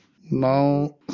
Now